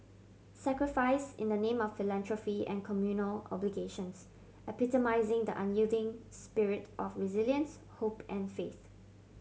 sacrifice in the name of philanthropy and communal obligations epitomising the unyielding spirit of resilience hope and faith